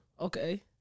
Okay